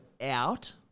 out